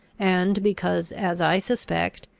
and because, as i suspect,